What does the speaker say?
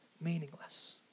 meaningless